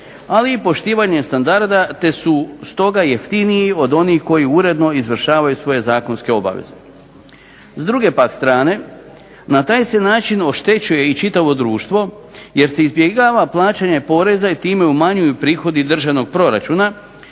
ali poštivanje standarda, te su stoga jeftiniji od onih koji uredno izvršavaju svoje zakonske obaveze. S druge pak strane na taj se način oštećuje i čitavo društvo jer se izbjegava plaćanje poreza i time umanjuju prihodi državnog proračuna